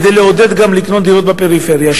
כדי לעודד לקנות דירות בפריפריה,